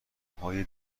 های